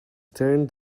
turned